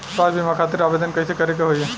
स्वास्थ्य बीमा खातिर आवेदन कइसे करे के होई?